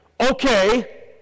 Okay